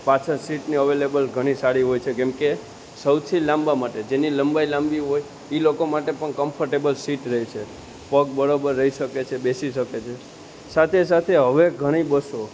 પાછળ સીટની અવેલેબલ ઘણી સારી હોય છે કેમકે સૌથી લાંબા માટે જેની લંબાઈ લાંબી હોય એ લોકો માટે પણ કમ્ફર્ટેબલ સીટ રહે છે પગ બરોબર રહી શકે છે બેસી શકે છે સાથે સાથે હવે ઘણી બસો